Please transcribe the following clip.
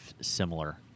similar